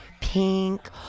pink